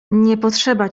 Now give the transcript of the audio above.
potrzeba